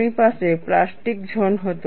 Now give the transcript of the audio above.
આપણી પાસે plastic zone હતો